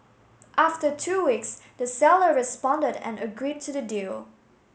after two weeks the seller responded and agreed to the deal